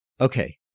Okay